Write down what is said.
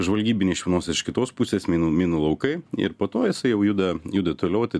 žvalgybiniai iš vienos ir iš kitos pusės minų minų laukai ir po to jisai jau juda juda toliau tai